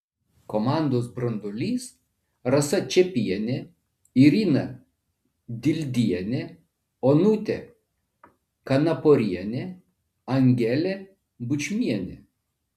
komandos branduolys rasa čepienė irina dildienė onutė kanaporienė angelė bučmienė